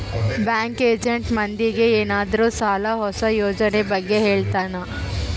bank agent ಮಂದಿಗೆ ಏನಾದ್ರೂ ಸಾಲ ಹೊಸ ಯೋಜನೆ ಬಗ್ಗೆ ಹೇಳ್ತಾನೆ